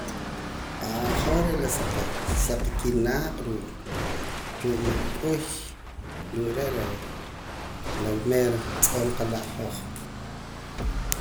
hoj re' la sa qa sa qakinaq' ruu' mahk'uy ruu' re' la mero tz'oo' nqa'laa' hoj.